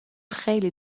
خیلی